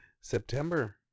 September